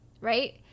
Right